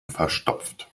verstopft